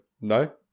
No